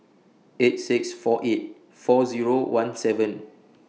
eight six four eight four Zero one seven